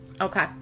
Okay